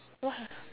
what ah